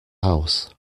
house